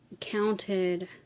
counted